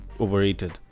overrated